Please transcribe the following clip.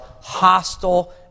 hostile